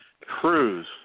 cruise